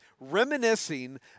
reminiscing